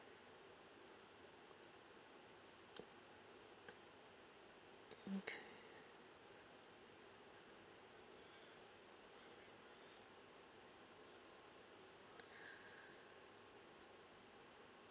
okay